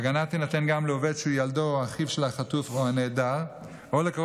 ההגנה תינתן גם לעובד שהוא ילדו או אחיו של החטוף או הנעדר או לקרוב